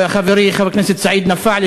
חברי חבר הכנסת לשעבר סעיד נפאע,